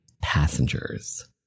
passengers